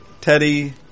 Teddy